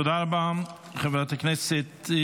תודה רבה לחברת הכנסת.